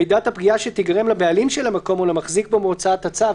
(6) מידת הפגיעה שתיגרם לבעלים של המקום או למחזיק בו מהוצאת הצו,